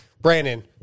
Brandon